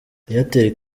airtel